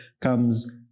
comes